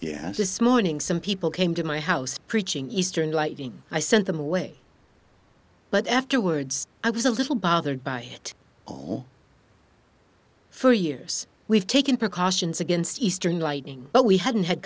yes this morning some people came to my house preaching eastern lighting i sent them away but afterwards i was a little bothered by it all for years we've taken precautions against eastern lighting but we hadn't had